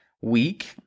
week